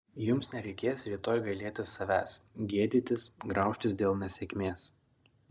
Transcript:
jums nereikės rytoj gailėtis savęs gėdytis graužtis dėl nesėkmės